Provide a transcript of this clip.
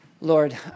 Lord